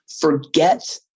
forget